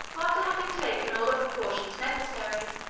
after having taken all the precautions necessary,